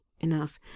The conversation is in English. enough